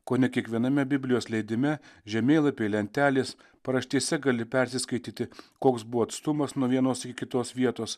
kone kiekviename biblijos leidime žemėlapiai lentelės paraštėse gali persiskaityti koks buvo atstumas nuo vienos iki kitos vietos